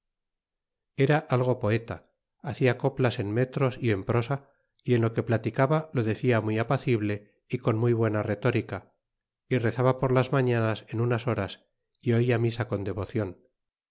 era algo poeta hacia coplas en metros y en prosa y en lo que platicaba lo decía muy apacible y con muy buena retórica y rezaba por las mañanas en unas horas e oia misa con devocion